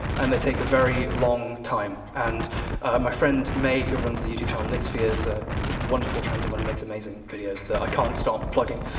and they take a very long time. and my friend may, who runs the youtube channel nyx fears, a wonderful trans woman who makes amazing videos i can't stop plugging,